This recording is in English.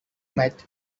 met